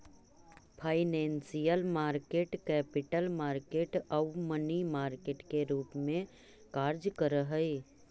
financial market capital market आउ money market के रूप में कार्य करऽ हइ